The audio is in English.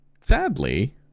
Sadly